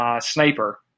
sniper